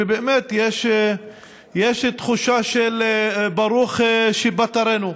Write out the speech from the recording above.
ובאמת יש תחושה של ברוך שפטרנו.